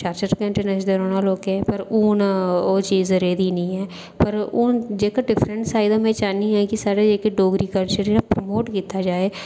चार चार घैंटे नच्चदे रौह्ना लोकें ते फिर हून ओह् चीज़ रेही दी निं ऐ पर हून जेह्का डिफरेंस आई दा में चाह्न्नी आं कि साढ़ा जेह्ड़ा डोगरी कल्चर ऐ प्रमोट कीता जा